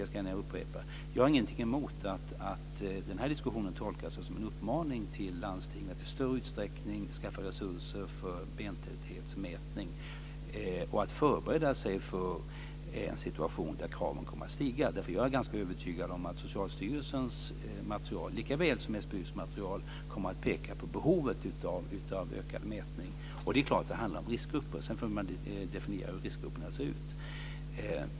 Jag ska gärna upprepa det: Jag har ingenting emot att den här diskussionen tolkas som en uppmaning till landstingen att i större utsträckning skaffa resurser för bentäthetsmätning och att förbereda sig för en situation där kraven kommer att stiga. Jag är nämligen ganska övertygad om att Socialstyrelsens material, likaväl som SBU:s material, kommer att peka på behovet av ökad mätning. Och det är klart att det handlar om riskgrupper. Sedan får man definiera hur riskgrupperna ser ut.